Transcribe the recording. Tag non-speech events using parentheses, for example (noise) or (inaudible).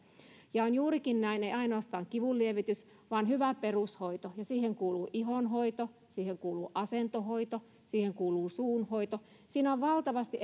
ja on juurikin näin että ei ainoastaan kivunlievitys vaan hyvä perushoito ja siihen kuuluu ihonhoito siihen kuuluu asentohoito siihen kuuluu suunhoito siinä on valtavasti (unintelligible)